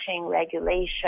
regulation